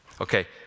Okay